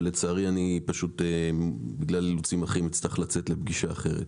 ולצערי בגלל אילוצים אחרים אצטרך לצאת לפגישה אחרת.